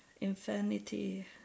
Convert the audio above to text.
infinity